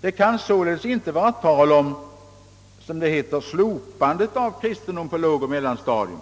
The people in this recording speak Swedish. Det kan således inte vara tal om »slopandet av kristendomen på lågoch mellanstadium»